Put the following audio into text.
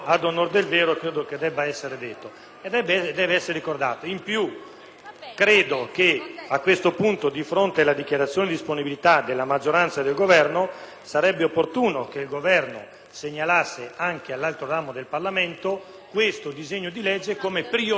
ritengo che a questo punto, di fronte alle dichiarazioni di disponibilità della maggioranza e del Governo, sarebbe opportuno che quest'ultimo segnalasse all'altro ramo del Parlamento questo disegno di legge come priorità da affrontare, visto che c'è un amplissimo consenso.